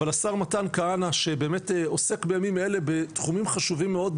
אבל השר מתן כהנא שבאמת עוסק בימים אלה בתחומים חשובים מאוד,